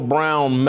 Brown